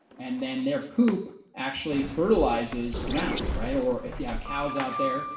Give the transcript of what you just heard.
and then their poop actually fertilizes ground, right? or if you have cows out there,